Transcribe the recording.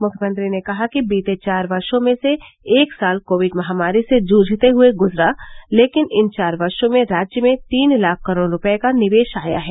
मुख्यमंत्री ने कहा कि बीते चार वर्षो में से एक साल कोविड महामारी से जूझते हुये गुजरा लेकिन इन चार वर्षो में राज्य में तीन लाख करोड़ रूपये का निवेश आया है